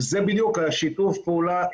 זה בדיוק השיתוף פעולה,